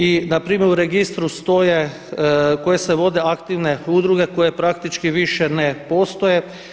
I na primjer u registru stoje koje se vode aktivne udruge koje praktički više ne postoje.